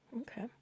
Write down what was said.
okay